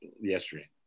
yesterday